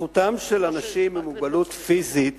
זכותם של אנשים עם מוגבלות פיזית